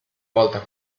volta